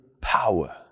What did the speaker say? power